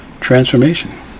transformation